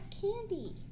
candy